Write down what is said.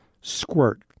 squirt